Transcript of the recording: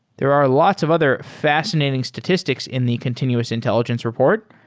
there are lots of other fascinating statistics in the continuous intelligence report,